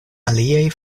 aliaj